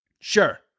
Sure